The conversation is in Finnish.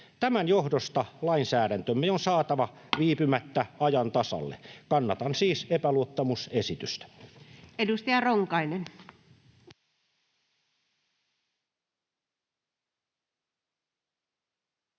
Tämän johdosta lainsäädäntömme on saatava viipymättä ajan tasalle. Kannatan siis epäluottamusesitystä.